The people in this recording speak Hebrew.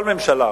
כל ממשלה,